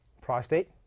prostate